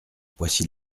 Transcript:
voici